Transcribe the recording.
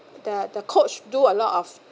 the the coach do a lot of